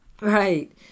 Right